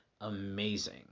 amazing